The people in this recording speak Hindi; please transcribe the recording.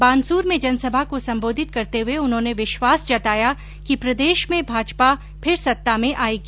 बानसूर में जनसभा को संबोधित करते हुए उन्होंने विश्वास जताया कि प्रदेश में भाजपा फिर सत्ता में आयेगी